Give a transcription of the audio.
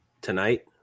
tonight